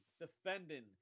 defending